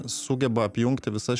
sugeba apjungti visas